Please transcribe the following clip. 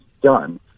done